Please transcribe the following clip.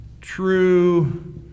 true